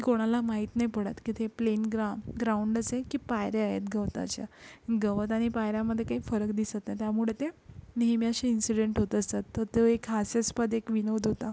कोणाला माहीत नाही पडत की ते प्लेन ग्रा ग्राऊंडच आहे की पायऱ्या आहेत गवताच्या गवत आणि पायऱ्यामधे काही फरक दिसत नाही त्यामुळे ते नेहमी असे इंसिडंट होत असतात तर तो एक हास्यास्पद एक विनोद ओता